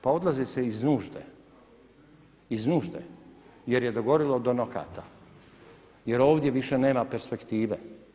Pa odlazi se iz nužde, iz nužde jer je dogorjelo do nokata, jer ovdje više nema perspektive.